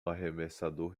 arremessador